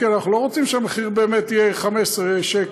כי אנחנו לא רוצים שהמחיר באמת יהיה 15 שקל,